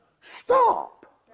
stop